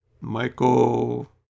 Michael